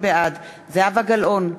בעד זהבה גלאון,